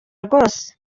rwose